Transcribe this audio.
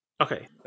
Okay